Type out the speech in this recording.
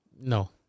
No